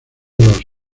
los